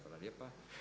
Hvala lijepa.